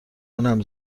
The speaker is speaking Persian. اونم